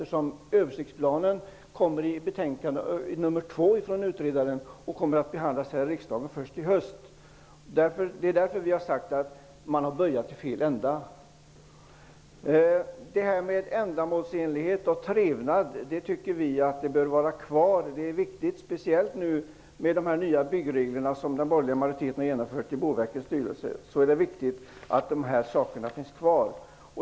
En översiktsplan kommer att tas upp i nästa betänkande från utredaren och behandlas av riksdagen först i höst. Vi tycker att man har börjat i fel ända. Detta med ändamålsenlighet och trevnad bör finnas kvar. Det är viktigt speciellt med tanke de nya byggregler som den borgerliga majoriteten i Boverkets styrelse har infört.